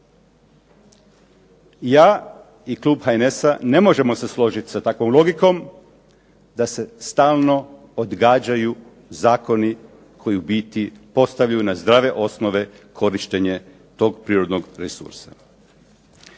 Ja i klub HNS-a ne možemo se složiti sa takvom logikom da se stalno odgađaju zakoni koji u biti postavljaju na zdrave osnove korištenje tog prirodnog resursa.